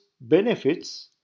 benefits